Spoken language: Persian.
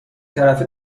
طرفه